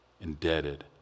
indebted